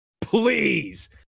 Please